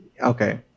Okay